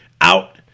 out